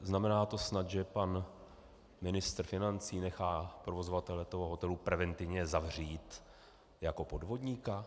Znamená to snad, že pan ministr financí nechá provozovatele toho hotelu preventivně zavřít jako podvodníka?